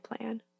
plan